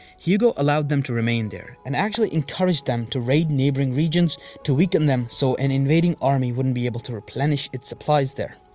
hugo allowed them to remain there and actually encouraged them to raid neighbouring regions to weaken them so an invading army wouldn't be able to replenish its supplies here.